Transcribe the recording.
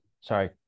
sorry